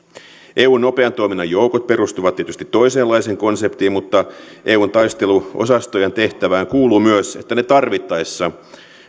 eun nopean toiminnan joukot perustuvat tietysti toisenlaiseen konseptiin mutta eun taisteluosastojen tehtävään kuuluu myös että ne tarvittaessa